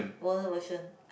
world version